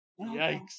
Yikes